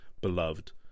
beloved